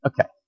Okay